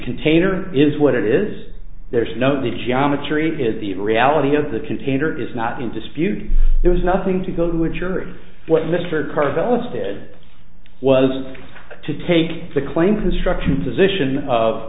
container is what it is there's no the geometry is the reality of the container is not in dispute there's nothing to go to a jury what mr carvel is did was to take the claim construction position of